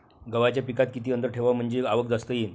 गव्हाच्या पिकात किती अंतर ठेवाव म्हनजे आवक जास्त होईन?